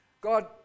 God